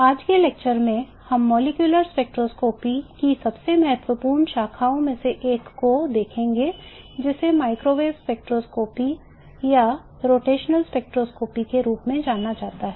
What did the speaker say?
आज के लेक्चर में हम मॉलिक्यूलर स्पेक्ट्रोस्कोपी की सबसे महत्वपूर्ण शाखाओं में से एक को देखेंगे जिसे माइक्रोवेव स्पेक्ट्रोस्कोपी के रूप में जाना जाता है